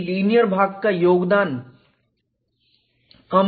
कि लीनियर भाग का योगदान कम है